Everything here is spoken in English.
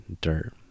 dirt